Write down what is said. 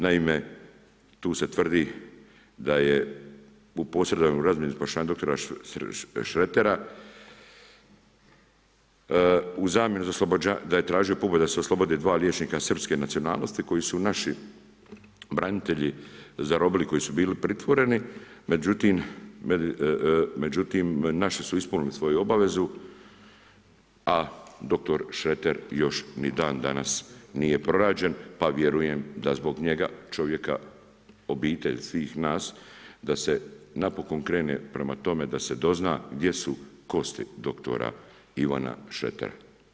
Naime tu se tvrdi da je u posredovanoj razmjeni spašavanja dr. Šretera u zamjenu za oslobođenje, da je tražio da … se oslobode dva liječnika srpske nacionalnosti koji su naši branitelji zarobili koji su bili pritvoreni, međutim naši su ispunili svoju obavezu a dr. Šreter još ni dandanas nije pronađen pa vjerujem da zbog njega, čovjeka, obitelji, svih nas, da se napokon krene prema tome da se dozna gdje su kosti dr. Ivana Šretera.